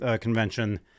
convention